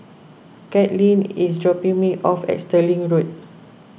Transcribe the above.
Kaitlin is dropping me off at Stirling Road